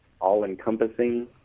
all-encompassing